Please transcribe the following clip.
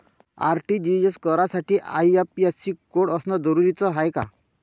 RTGS करासाठी IFSC code असनं जरुरीच हाय का?